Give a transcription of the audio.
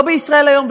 לא ב"ישראל היום",